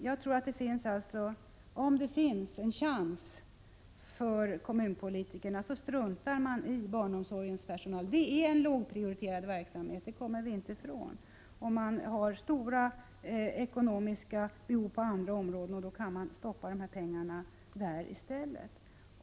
Jag tror alltså att om kommunpolitikerna får en chans så struntar de i barnomsorgens personal. Att detta är en lågprioriterad verksamhet kommer vi inte ifrån. Då man har stora ekonomiska behov på andra områden kan man låta pengarna gå dit i stället.